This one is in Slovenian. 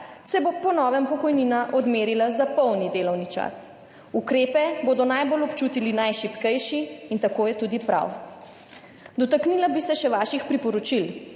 se bo po novem pokojnina odmerila za polni delovni čas. Ukrepe bodo najbolj občutili najšibkejši in tako je tudi prav. Dotaknila bi se še vaših priporočil.